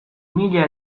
mila